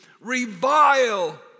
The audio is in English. Revile